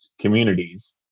communities